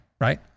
right